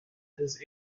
his